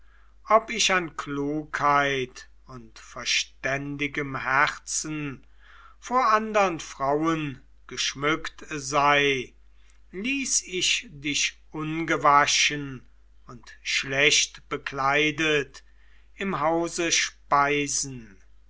ob ich an klugheit und verständigem herzen vor andern frauen geschmückt sei ließ ich dich ungewaschen und schlechtbekleidet im hause speisen